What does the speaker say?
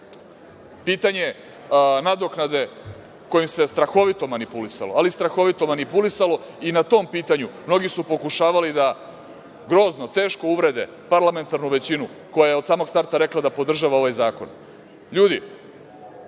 jeste. Pitanje nadoknade kojim se strahovito manipulisalo, ali strahovito manipulisalo i na tom pitanju mnogi su pokušavali da grozno, teško uvrede parlamentarnu većinu koja je od samog starta rekla da podržava ovaj zakon. Ljudi,